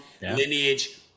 lineage